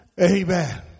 amen